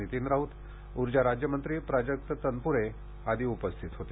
नितीन राऊत ऊर्जा राज्यमंत्री प्राजक्त तनपुरे आदी उपस्थित होते